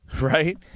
right